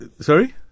Sorry